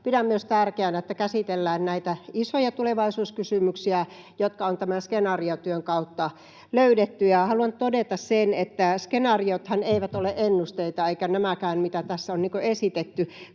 pidän myös tärkeänä, että käsitellään näitä isoja tulevaisuuskysymyksiä, jotka on tämän skenaariotyön kautta löydetty. Ja haluan todeta sen, että skenaariothan eivät ole ennusteita eivätkä nämäkään, mitä tässä on esitetty.